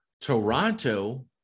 Toronto